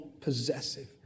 possessive